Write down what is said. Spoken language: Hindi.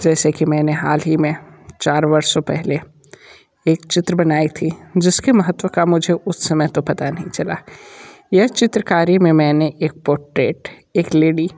जैसे कि मैंने हाल ही में चार वर्षों पहले एक चित्र बनाई थी जिसके महत्त्व का मुझे उस समय तो पता नहीं चला यह चित्रकारी में मैंने एक पौट्रेट एक लेडी